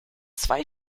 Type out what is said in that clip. zwei